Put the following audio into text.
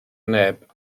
neb